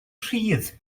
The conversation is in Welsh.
rhydd